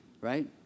right